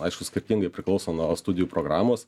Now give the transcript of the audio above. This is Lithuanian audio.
aišku skirtingai priklauso nuo studijų programos